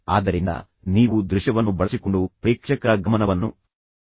ಆದ್ದರಿಂದ ನೀವು ದೃಶ್ಯವನ್ನು ಬಳಸಿಕೊಂಡು ಪ್ರೇಕ್ಷಕರ ಗಮನವನ್ನು ಕೇಂದ್ರೀಕರಿಸಬಹುದು